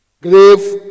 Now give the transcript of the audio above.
grave